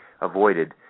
avoided